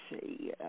see